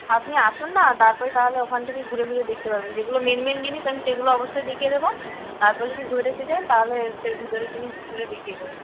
আপনি আসুন না তারপরেই তাহলে ওখান থেকে ঘুরে ঘুরে দেখতে পারবেন যেগুলো মেন মেন জিনিস আমি সেইগুলো অবশ্যই দেখিয়ে দেবো তারপরে যদি ঘুরে দেখতে চান তাহলে সেই ভিতরের দিকে ঘুরে দেখিয়ে দেবো